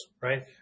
Right